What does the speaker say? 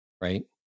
right